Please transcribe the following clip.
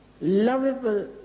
lovable